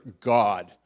god